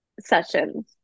sessions